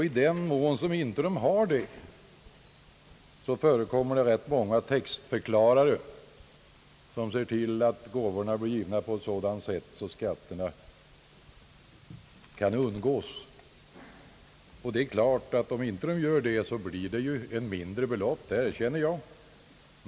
I den mån de inte har det, förekommer det rätt många textförklarare, som ser till att gåvorna blir givna på sådant sätt att skatterna kan undgås. Om inte så sker blir det ett mindre belopp i skatt, det erkänner jag.